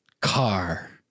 car